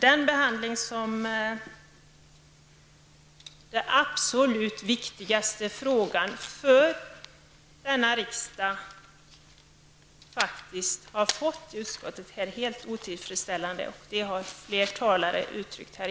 Den behandling som den absolut viktigaste frågan för denna riksdag faktiskt har fått i utskottet är helt otillfredsställande. Det har fler talare gett uttryck för.